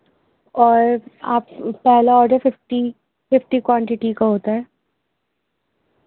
اور آپ پہلا آڈر ففٹی ففٹی کوانٹٹی کا ہوتا ہے